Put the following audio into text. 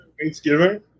Thanksgiving